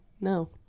No